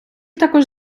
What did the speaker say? також